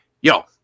yo